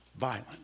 violent